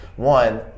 One